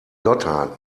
dotter